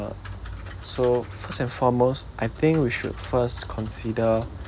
so first and foremost I think we should first consider